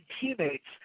teammates